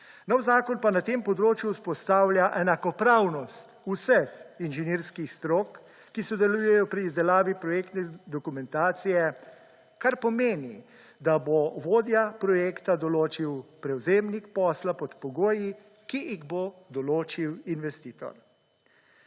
Nov zakon pa na tem področju vzpostavlja enakopravnost vseh inženirskih strok, ki sodelujejo pri izdelavi projektne dokumentacije, kar pomeni, da bo vodja projekta določil prevzemnik posla pod pogoji, ki jih bo določil investitor.